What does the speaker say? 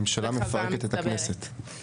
ממשלה מפרקת את הכנסת.